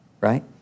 right